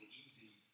easy